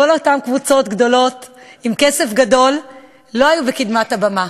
כל אותן קבוצות גדולות עם כסף גדול לא היו בקדמת הבמה.